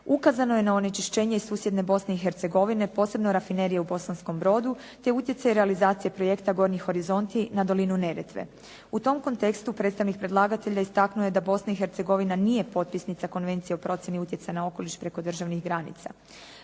Ukazano je na onečišćenje i susjedne Bosne i Hercegovine posebno Rafinerije u Bosanskom Brodu te utjecaj realizacije projekta Gornji horizonti na dolinu Neretve. U tom kontekstu predstavnik predlagatelja istaknuo je da Bosna i Hercegovina nije potpisnica Konvencije o procjeni utjecaja na okoliš preko državnih granica.